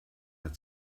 der